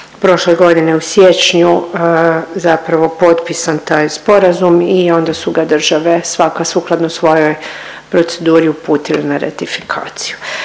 prošle godine u siječnju zapravo potpisan taj sporazum i onda su ga države svaka sukladno svojoj proceduri uputile na retifikaciju.